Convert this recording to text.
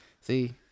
See